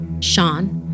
Sean